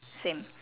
same